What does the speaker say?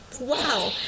Wow